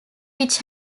which